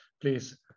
Please